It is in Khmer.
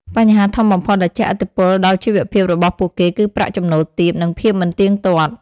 បញ្ហាធំបំផុតដែលជះឥទ្ធិពលដល់ជីវភាពរបស់ពួកគេ គឺប្រាក់ចំណូលទាប និងភាពមិនទៀងទាត់។